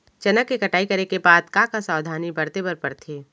चना के कटाई करे के बाद का का सावधानी बरते बर परथे?